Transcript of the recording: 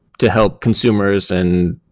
to help consumers. and